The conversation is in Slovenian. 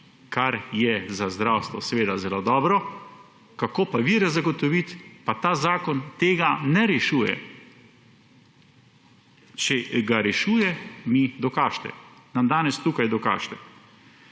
kar je za zdravstvo seveda zelo dobro. Kako pa vire zagotoviti, pa ta zakon tega ne rešuje. Če to rešuje, mi dokažite, nam danes tukaj dokažite.